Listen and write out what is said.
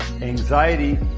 anxiety